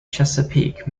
chesapeake